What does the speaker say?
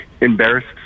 embarrassed